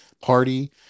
party